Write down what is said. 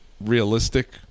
realistic